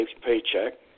paycheck